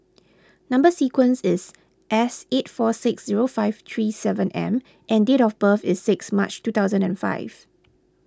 Number Sequence is S eight four six zero five three seven M and date of birth is six March two thousand and five